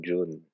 June